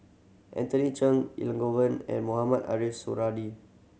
Anthony Chen Elangovan and Mohamed Ariff Suradi